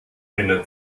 einer